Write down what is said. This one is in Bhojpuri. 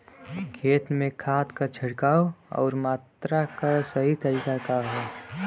खेत में खाद क छिड़काव अउर मात्रा क सही तरीका का ह?